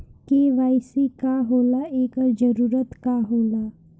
KYC का होला एकर जरूरत का होला?